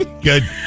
Good